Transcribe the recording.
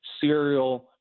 serial